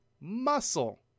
Muscle